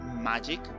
magic